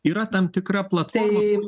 yra tam tikra platforma